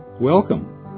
Welcome